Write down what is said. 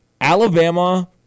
Alabama